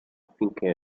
finché